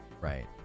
right